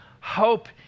hope